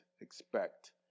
expect